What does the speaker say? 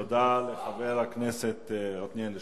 תודה לחבר הכנסת עתניאל שנלר.